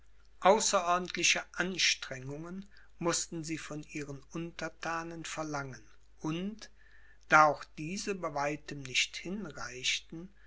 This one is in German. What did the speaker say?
außerordentliche anstrengungen mußten sie von ihren unterthanen verlangen und da auch diese bei weitem nicht hinreichten